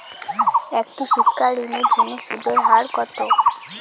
একটি শিক্ষা ঋণের জন্য সুদের হার কত?